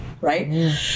right